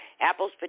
Apples